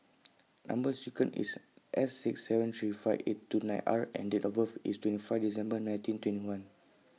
Number sequence IS S six seven three five eight two nine R and Date of birth IS twenty five December nineteen twenty one